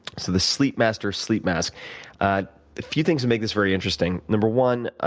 so the sleep master sleep mask' a few things make this very interesting. number one, ah